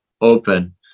open